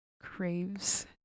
craves